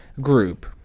group